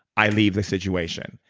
i leave the situation.